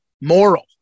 moral